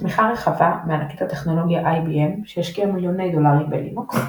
תמיכה רחבה מענקית הטכנולוגיה IBM שהשקיעה מיליוני דולרים בלינוקס,